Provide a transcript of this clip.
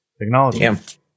technology